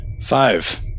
Five